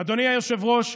אדוני היושב-ראש,